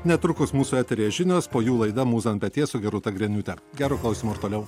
netrukus mūsų eteryje žinios po jų laida mūza ant peties su gerūta griniūte gero klausymo ir toliau